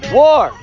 war